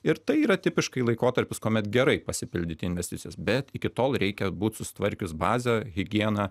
ir tai yra tipiškai laikotarpis kuomet gerai pasipildyti investicijas bet iki tol reikia būt susitvarkius bazę higieną